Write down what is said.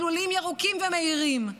מסלולים ירוקים ומהירים,